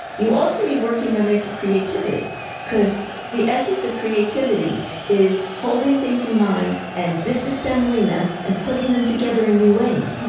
you also need working memory for creativity because the essence of creativity is holding things in mind and disassembling them and putting them together in new ways.